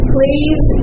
Please